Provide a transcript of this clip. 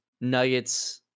Nuggets